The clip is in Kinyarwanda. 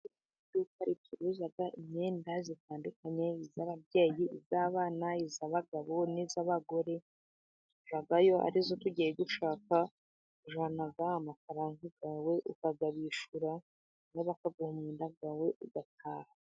Iduka ricuruza imyenda itandukanye.ly'ababyeyi, iy'abana, iy'abagabo, n'iy'abagore. Tujyayo ariyo tugiye gushaka. Ujyana amafaranga yawe ukayabishyura, nabo bakaguha imyenda ugataha.